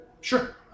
Sure